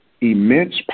immense